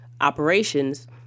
operations